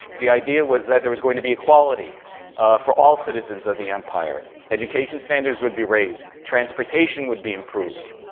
the idea was that there was going to be equality for all citizens of the empire. education standards would be raised. transportation would be improved.